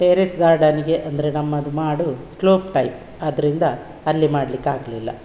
terrace ಗಾರ್ಡನ್ಗೆ ಅಂದರೆ ನಮ್ಮದು ಮಾಡು ಸ್ಲೋಪ್ ಟೈಪ್ ಆದ್ದರಿಂದ ಅಲ್ಲಿ ಮಾಡಲಿಕ್ಕಾಗ್ಲಿಲ್ಲ